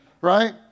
right